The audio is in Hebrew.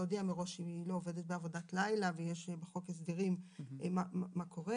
להודיע מראש היא לא עובדת בעבודת לילה ויש בחוק הסדרים מה קורה.